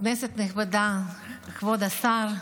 כנסת נכבדה, כבוד השר,